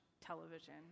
television